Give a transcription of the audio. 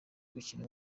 gukina